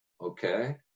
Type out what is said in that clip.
Okay